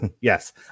Yes